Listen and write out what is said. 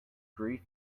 grief